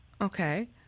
Okay